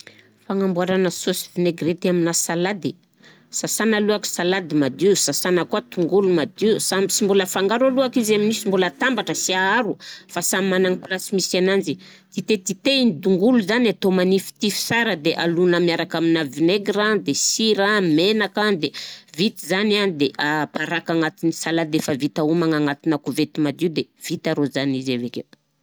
Fagnamboarana saosy vinegrety amina salady: sasana alôhaka salady madio, sasana koà tongolo madio samby sy mbôla afangaro alôhak'izy aminy sy mbola atambatra, sy aharo fa samy managna plasy misy ananjy, titetitehigny tongolo zany atao manifitify sara de alona miaraka amina vinaigre de sira, menaka, de vita zany a de aparaka agnatiny salade efa vita homagna agnatina koveta madio de vita rô zany izy avekeo.